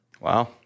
Wow